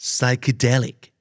Psychedelic